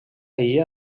illa